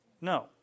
No